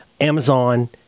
Amazon